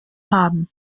haben